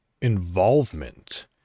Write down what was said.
involvement